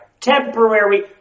temporary